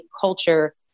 culture